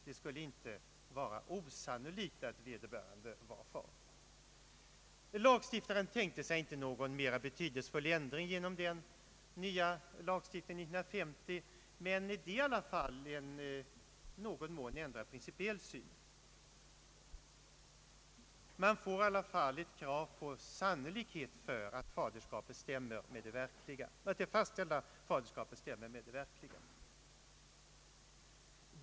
Det skulle inte vara osannolikt att vederbörande var far. Lagstiftaren tänkte sig inte någon mer betydelsefull förändring genom den nya lagstiftningen 1950, men den principiella synen ändrades ändå i någon mån.